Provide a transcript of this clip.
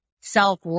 self